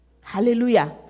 Hallelujah